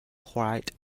cried